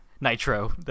nitro